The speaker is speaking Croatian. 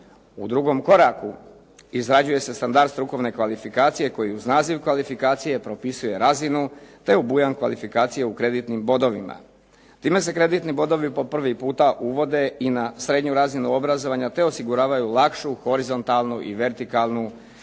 U drugom koraku izrađuje se standard strukovne kvalifikacije koji uz naziv kvalifikacije propisuje razinu, te obujam kvalifikacije u kreditnim bodovima. Time se kreditni bodovi po prvi puta uvode i na srednju razinu obrazovanja, te osiguravaju lakšu horizontalnu i vertikalnu prohodnost